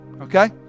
okay